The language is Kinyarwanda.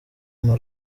mpa